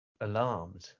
alarmed